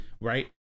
right